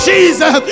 Jesus